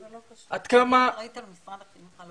עד כמה --- היא אחראית על האולפנים במשרד החינוך.